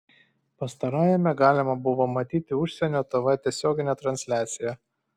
pastarajame galima buvo matyti užsienio tv tiesioginę transliaciją